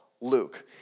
Luke